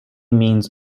means